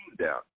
down